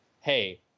Hey